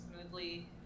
smoothly